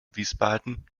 wiesbaden